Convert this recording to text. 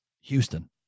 Houston